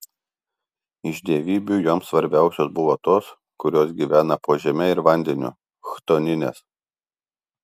iš dievybių joms svarbiausios buvo tos kurios gyvena po žeme ir vandeniu chtoninės